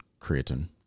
creatine